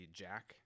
jack